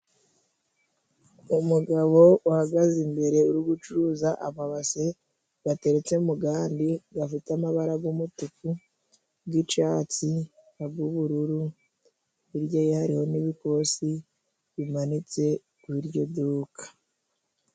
Umugabo uhagaze imbere uri gucuruza amabase gateretse mu gandi gafite amabara g' umutuku, g'icatsi n'ag'ubururu hirya ye hariho n'ibikosi bimanitse kuri iryo duka.